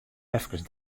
efkes